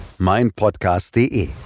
meinpodcast.de